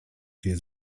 się